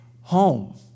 home